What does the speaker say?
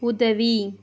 உதவி